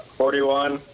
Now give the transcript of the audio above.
forty-one